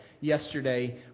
Yesterday